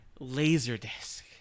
Laserdisc